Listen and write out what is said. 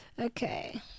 Okay